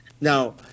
Now